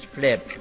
Flip